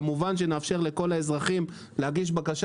כמובן שנאפשר לכל האזרחים להגיש בקשה